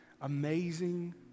Amazing